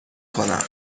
کنم